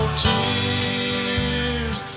tears